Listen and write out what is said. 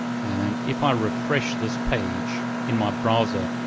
and if i refresh this page in my browser,